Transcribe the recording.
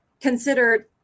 considered